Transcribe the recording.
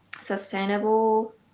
sustainable